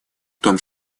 том